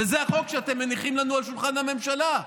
וזה החוק שאתם מניחים לנו על שולחן הממשלה.